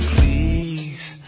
Please